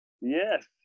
yes